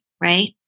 right